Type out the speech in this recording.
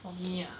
for me ah